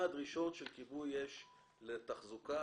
של כיבוי אש לתחזוקה?